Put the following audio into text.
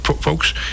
Folks